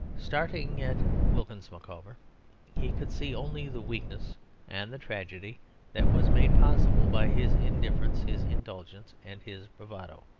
staring at wilkins micawber he could see only the weakness and the tragedy that was made possible by his indifference, his indulgence, and his bravado.